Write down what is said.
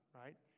right